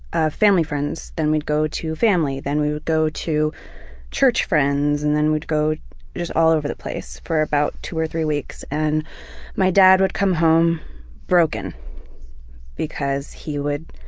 a family friend's, then we'd go to family, then we'd go to church friends, and then we'd go all over the place for about two or three weeks. and my dad would come home broken because he would